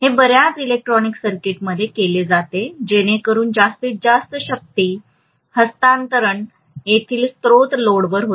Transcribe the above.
हे बऱ्याच इलेक्ट्रॉनिक सर्किटमध्ये केले जाते जेणेकरुन जास्तीत जास्त शक्ती हस्तांतरण तेथील स्त्रोत लोडवर होते